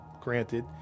granted